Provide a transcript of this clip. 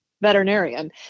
veterinarian